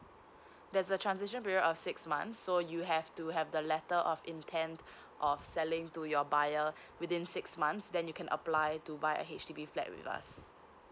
there's a transition period of six months so you have to have the letter of intent of selling to your buyer within six months then you can apply to buy a H_D_B flat with us